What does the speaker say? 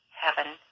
heaven